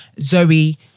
zoe